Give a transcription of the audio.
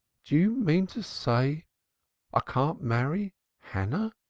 do you mean to say i can't marry hannah?